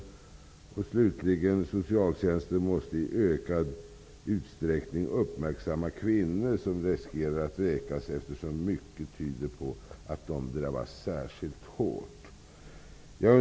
Slutligen föreslås det att Socialtjänsten i ökad utsträckning uppmärksammar de kvinnor som riskerar att vräkas, eftersom mycket tyder på att kvinnor drabbas särskilt hårt.